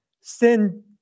sin